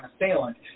assailant